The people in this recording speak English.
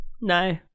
No